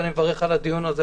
אני מברך על הדיון הזה.